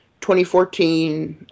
2014